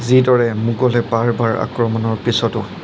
যিদৰে মোগলে বাৰ বাৰ আক্ৰমণৰ পিছতো